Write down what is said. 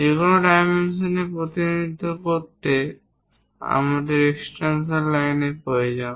যেকোনো ডাইমেনশনর প্রতিনিধিত্ব করতে আমাদের এক্সটেনশন লাইনের প্রয়োজন